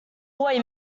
boy